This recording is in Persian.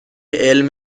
علم